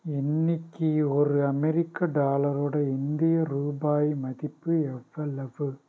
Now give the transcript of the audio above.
இன்னைக்கி ஒரு அமெரிக்க டாலரோட இந்திய ரூபாய் மதிப்பு எவ்வளவு